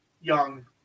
Young